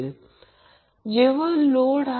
तर Van हा Vbn ला लीड करत आहे Vbn हा Vcn ला लीड करत आहे